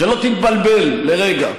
שלא תתבלבל לרגע.